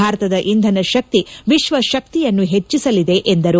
ಭಾರತದ ಇಂಧನ ಶಕ್ತಿ ವಿಶ್ವಶಕ್ತಿಯನ್ನು ಹೆಚ್ಚಿಸಲಿದೆ ಎಂದರು